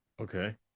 Okay